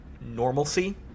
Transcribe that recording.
normalcy